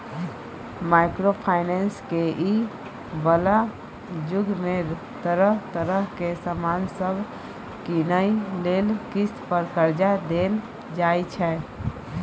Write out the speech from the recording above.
micro finance के इ बला जुग में तरह तरह के सामान सब कीनइ लेल किस्त पर कर्जा देल जाइ छै